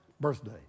birthday